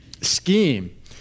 scheme